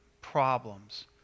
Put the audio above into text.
problems